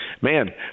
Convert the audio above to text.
man